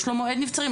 יש לו מועד נבצרים.